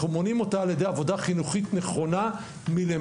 אנחנו מונעים אותה על-ידי עבודה חינוכית נכונה מלמטה,